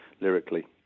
lyrically